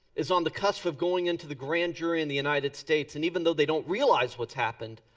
is on the cusp of going into the grand jury in the united states and even though they don't realize what's happened,